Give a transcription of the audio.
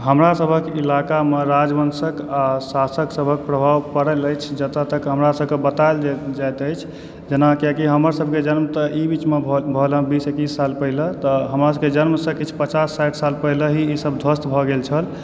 हमरा सभक इलाका मे राजवंशक आ शासक सभक प्रभाव पड़ल अछि जत तक हमरा सभक बतायल जाइत अछि जेना किएकि हमर सभक जन्म तऽ ई बीचमे भऽ रहल बीस इकीस साल पहिले तऽ हमरा सभक जन्मसँ किछ पचास साइठ साल पहिलहि ई सभ ध्वस्त भऽ गेल छल